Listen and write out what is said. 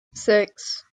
six